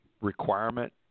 requirement